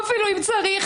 אם צריך.